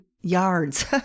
yards